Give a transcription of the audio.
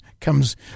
comes